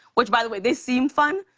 which, by the way, they seem fun,